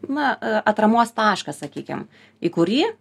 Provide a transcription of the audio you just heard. na atramos taškas sakykim į kurį